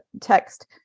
text